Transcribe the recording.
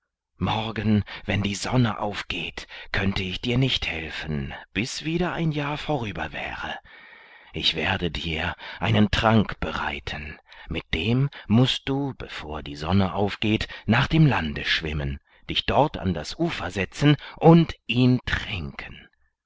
morgen wenn die sonne aufgeht könnte ich dir nicht helfen bis wieder ein jahr vorüber wäre ich werde dir einen trank bereiten mit dem mußt du bevor die sonne aufgeht nach dem lande schwimmen dich dort an das ufer setzen und ihn trinken